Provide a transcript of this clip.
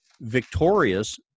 victorious